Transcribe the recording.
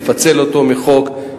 לפצל אותו מהחוק,